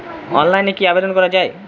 অনলাইনে কি আবেদন করা য়ায়?